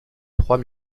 trois